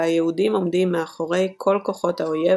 בה היהודים עומדים מאחורי כל כוחות האויב